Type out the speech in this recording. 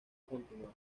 continuar